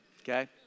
Okay